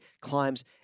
climbs